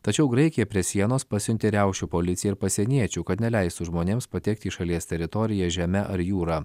tačiau graikija prie sienos pasiuntė riaušių policiją ir pasieniečių kad neleistų žmonėms patekti į šalies teritoriją žeme ar jūra